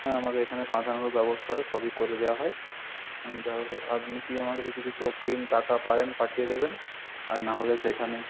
হ্যাঁ আমাদের এখানে বাঁধানোরও ব্যবস্থাও সবই করে দেওয়া হয় আমি তাহলে আপনি কি আমাকে যদি কিছু অগ্রিম টাকা পারেন পাঠিয়ে দেবেন আর নাহলে তো এখানে